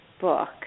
book